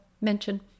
mention